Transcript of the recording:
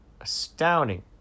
astounding